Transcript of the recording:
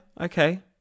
Okay